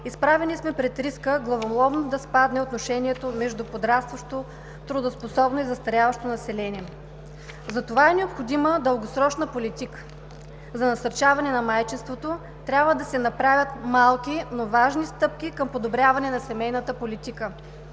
Изправени сме пред риска главоломно да спадне съотношението между подрастващо, трудоспособно и застаряващо население. Затова е необходима дългосрочна политика. За насърчаване на майчинството трябва да се направят малки, но важни стъпки към подобряване на семейната политика,